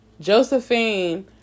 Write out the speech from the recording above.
Josephine